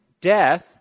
death